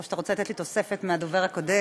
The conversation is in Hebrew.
או שאתה רוצה לתת לי תוספת מהדובר הקודם,